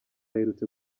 aherutse